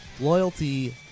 Loyalty